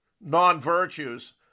non-virtues